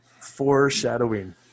Foreshadowing